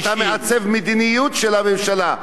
אתה מעצב מדיניות של הממשלה,